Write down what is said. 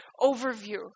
overview